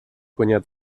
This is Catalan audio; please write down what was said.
guanyar